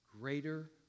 greater